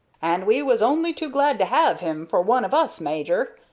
and we was only too glad to have him for one of us, major,